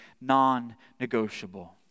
non-negotiable